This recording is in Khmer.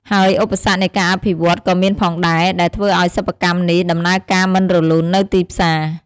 ហើយឧបសគ្គ នៃការអភិវឌ្ឍន៍ ក៏មានផងដែរ ដែលធ្វើអោយសិប្បកម្មនេះ ដំណើរការមិនរលូននៅទីផ្សារ។